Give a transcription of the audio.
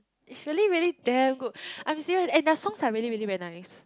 is really really damn good I'm serious and the songs are really really very nice